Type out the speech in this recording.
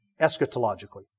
eschatologically